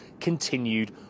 continued